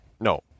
No